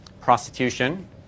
prostitution